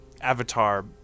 Avatar